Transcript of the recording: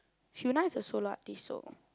Hyuna is a solo artiste so